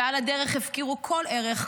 ועל הדרך הפקירו כל ערך,